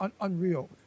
unreal